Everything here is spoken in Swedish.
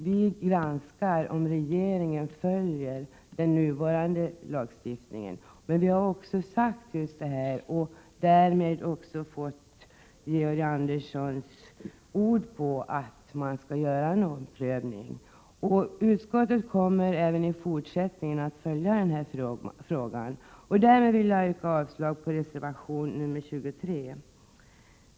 Vi granskar regeringens handlande och tar ställning till om den har följt gällande lagar. Vi har emellertid fått Georg Anderssons ord på att en omprövning skall genomföras. Utskottet avser att även i fortsättningen följa den här frågan. Därmed yrkar jag avslag på reservation nr 23.